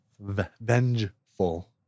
vengeful